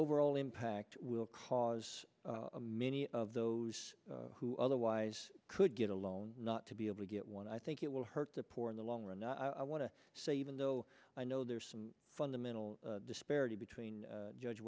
overall impact will cause many of those who otherwise could get a loan not to be able to get one i think it will hurt the poor in the long run i want to say even though i know there's some fundamental disparity between judge